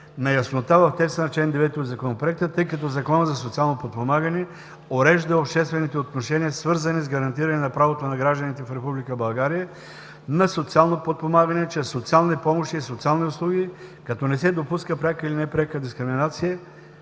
на яснота в текста на чл. 9 от Законопроекта, тъй като Законът за социално подпомагане урежда обществените отношения, свързани с гарантирането на правото на гражданите в Република България на социално подпомагане чрез социални помощи и социални услуги, като не се допуска пряка или непряка дискриминация